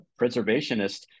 preservationist